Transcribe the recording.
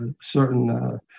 certain